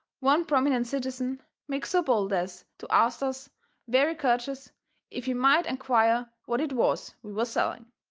one prominent citizen makes so bold as to ast us very courteous if he might enquire what it was we was selling.